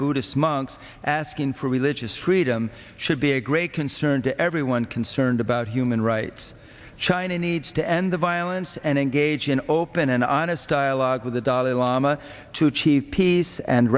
buddhist monks asking for religious freedom should be a great concern to everyone concerned about human rights china needs to end the violence and engage in open and honest dialogue with the dalai lama to achieve peace and